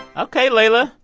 ok, leila.